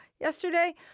yesterday